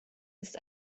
ist